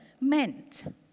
meant